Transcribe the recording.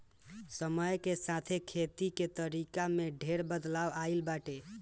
समय के साथे खेती के तरीका में ढेर बदलाव आइल बाटे